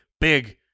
big